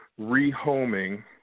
rehoming